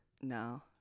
No